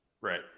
right